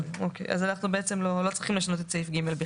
אז אנחנו לא צריכים לשנות את (ג).